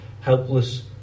Helpless